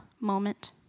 moment